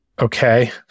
Okay